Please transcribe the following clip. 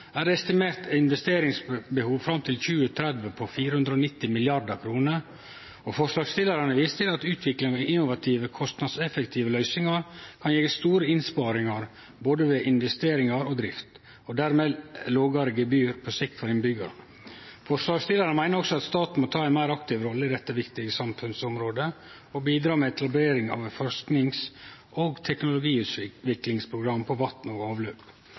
er det estimert eit investeringsbehov fram til 2030 på 490 mrd. kr, og forslagsstillarane viser til at utviklinga i innovative og kostnadseffektive løysingar kan gje store innsparingar ved både investeringar og drift, og dermed lågare gebyr på sikt for innbyggjarane. Forslagsstillarane meiner òg at staten må ta ei meir aktiv rolle på dette viktige samfunnsområdet og bidra med etablering av forskings- og teknologiutviklingsprogram innanfor vatn og avløp.